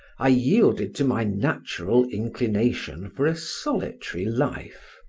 i yielded to my natural inclination for a solitary life.